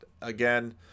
again